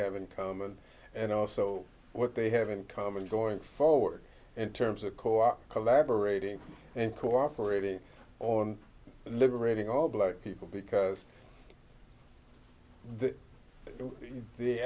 have in common and also what they have in common going forward in terms of co op collaborating and cooperating on liberating all black people because the